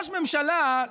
אגב,